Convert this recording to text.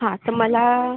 हा तर मला